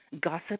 gossip